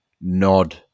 nod